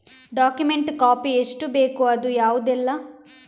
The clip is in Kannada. ಡಾಕ್ಯುಮೆಂಟ್ ಕಾಪಿ ಎಷ್ಟು ಬೇಕು ಅದು ಯಾವುದೆಲ್ಲ?